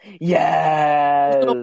Yes